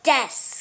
Desk